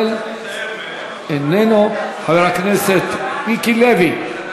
אייכלר, איננו, חברת הכנסת יעל גרמן,